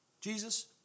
Jesus